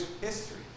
history